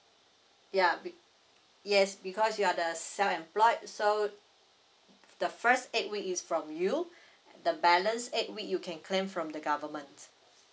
ya be yes because you are the self employed so the first eight week is from you the balance eight week you can claim from the government